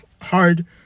hard